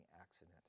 accident